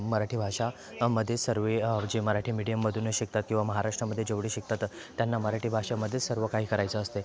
मराठी भाषा मध्ये सर्व जे मराठी मिडीयममधून शिकतात किंवा महाराष्ट्रामध्ये जेवढे शिकतात त्यांना मराठी भाषेमध्येच सर्व काही करायचं असते